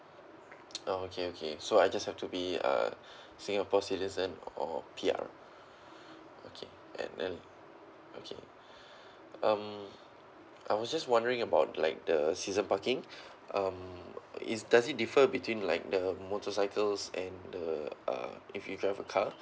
orh okay okay so I just have to be uh singapore citizen or P_R okay and then okay um I was just wondering about like the season parking um is does it differ between like the motorcycles and the uh if you have a car